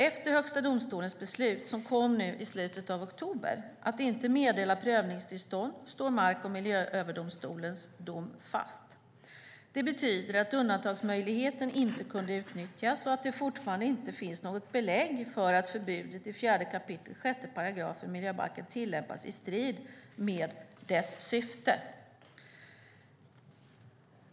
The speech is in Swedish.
Efter Högsta domstolens beslut, som kom i slutet av oktober, att inte meddela prövningstillstånd står Mark och miljööverdomstolens dom fast. Det betyder att undantagsmöjligheten inte kunde utnyttjas och att det fortfarande inte finns något belägg för att förbudet i 4 kap. 6 § miljöbalken tillämpas i strid med dess syfte.